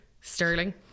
Sterling